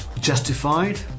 justified